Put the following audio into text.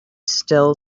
still